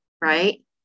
right